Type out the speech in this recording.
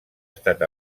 estat